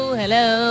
hello